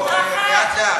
נו נו נו, לאט-לאט.